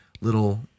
Little